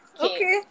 Okay